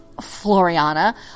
Floriana